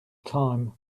time